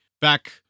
Back